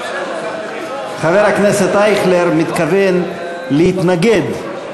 חבר הכנסת אייכלר מתכוון להתנגד.